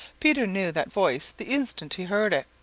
peter knew that voice the instant he heard it.